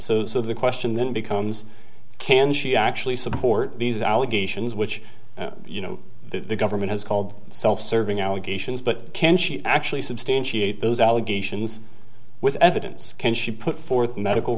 g so the question then becomes can she actually support these allegations which you know the government has called self serving allegations but can she actually substantiate those allegations with evidence can she put forth medical